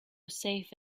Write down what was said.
safe